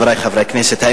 חברי חברי הכנסת,